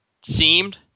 seemed